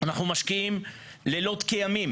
אנחנו משקיעים לילות כימים